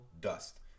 dust